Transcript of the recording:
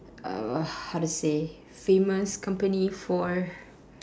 uh how to say famous company for